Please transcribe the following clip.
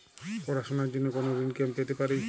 পড়াশোনা র জন্য কোনো ঋণ কি আমি পেতে পারি?